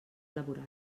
laboral